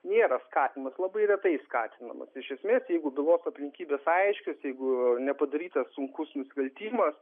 nėra skatinamas labai retai skatinamas iš esmės jeigu bylos aplinkybės aiškios jeigu nepadarytas sunkus nusikaltimas